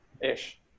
ish